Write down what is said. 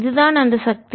இதுதான் அந்த சக்தி